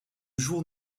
jour